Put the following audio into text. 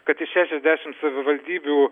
kad iš šešiasdešim savivaldybių